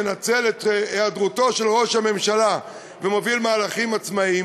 מנצל את היעדרותו של ראש הממשלה ומוביל מהלכים עצמאיים.